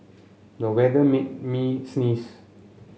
the weather made me sneeze